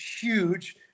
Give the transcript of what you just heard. huge